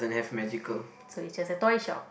so is just a toy shop